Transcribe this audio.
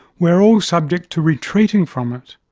we are all subject to retreating from it,